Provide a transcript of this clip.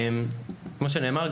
כמו שנאמר,